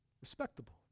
Respectable